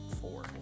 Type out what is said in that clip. four